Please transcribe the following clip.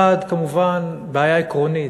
1. כמובן, בעיה עקרונית.